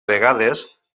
vegades